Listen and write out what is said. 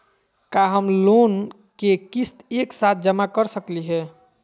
का हम लोन के किस्त एक साथ जमा कर सकली हे?